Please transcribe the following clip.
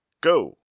go